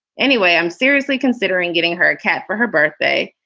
anyway, i'm seriously considering getting her cat for her birthday.